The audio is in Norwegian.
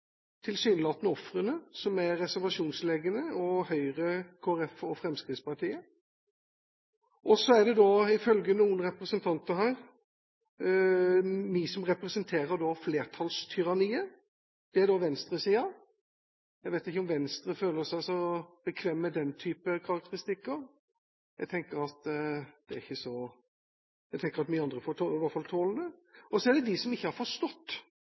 ofrene, som er reservasjonslegene og Høyre, Kristelig Folkeparti og Fremskrittspartiet. Så er det, ifølge noen representanter her, vi som representerer flertallstyranniet – det er da venstresiden. Jeg vet ikke om Venstre føler seg så bekvem med den typen karakteristikker, men jeg tenker at vi andre får i hvert fall tåle det. Og så er det dem som ikke har forstått.